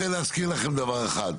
אני רוצה להזכיר לכם דבר אחד.